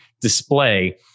display